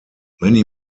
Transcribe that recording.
many